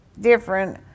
different